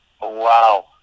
wow